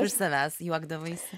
iš savęs juokdavaisi